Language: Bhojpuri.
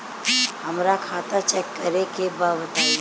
हमरा खाता चेक करे के बा बताई?